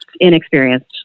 inexperienced